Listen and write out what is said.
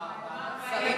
אדוני השר,